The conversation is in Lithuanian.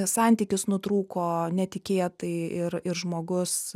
santykis nutrūko netikėtai ir ir žmogus